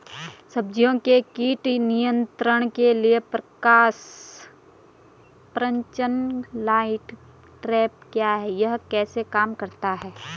सब्जियों के कीट नियंत्रण के लिए प्रकाश प्रपंच लाइट ट्रैप क्या है यह कैसे काम करता है?